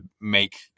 make